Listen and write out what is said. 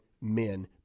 men